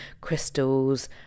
crystals